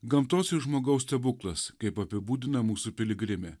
gamtos ir žmogaus stebuklas kaip apibūdina mūsų piligriminė